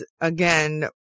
again